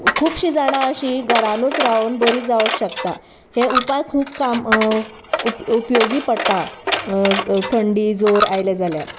खुबशीं जाणां अशीं घरानूच रावन बरी जावंक शकता हे उपाय खूब काम उपयोगी पडटा थंडी जोर आयले जाल्यार